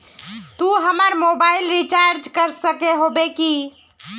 तू हमर mobile recharge कर सके होबे की?